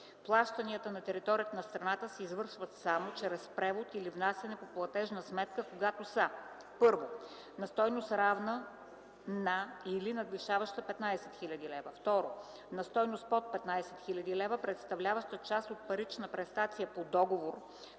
Плащанията на територията на страната се извършват само чрез превод или внасяне по платежна сметка, когато са: 1. на стойност, равна на или надвишаваща 15 000 лв.; 2. на стойност под 15 000 лв., представляваща част от парична престация по договор,